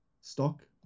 stock